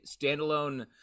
standalone